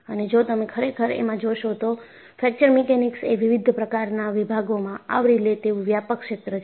અને જો તમે ખરેખર એમાં જોશો તો ફ્રેક્ચર મીકેનીક્સ એ વિવિધ પ્રકારના વિભાગોમાં આવરી લે તેવું વ્યાપક ક્ષેત્ર છે